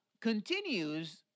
continues